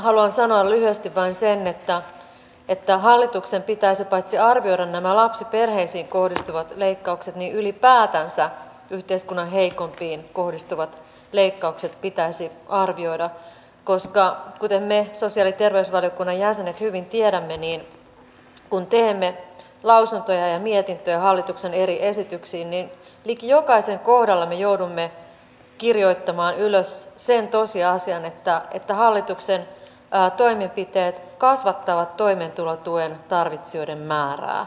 haluan sanoa lyhyesti vain sen että paitsi että hallituksen pitäisi arvioida nämä lapsiperheisiin kohdistuvat leikkaukset myös ylipäätänsä yhteiskunnan heikompiin kohdistuvat leikkaukset pitäisi arvioida koska kuten me sosiaali ja terveysvaliokunnan jäsenet hyvin tiedämme kun teemme lausuntoja ja mietintöjä hallituksen eri esityksiin niin liki jokaisen kohdalla me joudumme kirjoittamaan ylös sen tosiasian että hallituksen toimenpiteet kasvattavat toimeentulotuen tarvitsijoiden määrää